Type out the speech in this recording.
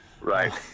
Right